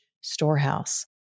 storehouse